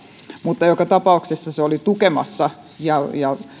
mutta joka tapauksessa se oli tukemassa ja ja